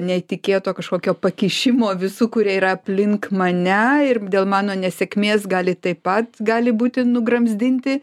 netikėto kažkokio pakišimo visų kurie yra aplink mane ir dėl mano nesėkmės gali taip pat gali būti nugramzdinti